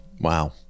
Wow